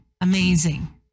amazing